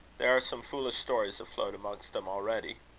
there are some foolish stories afloat amongst them already.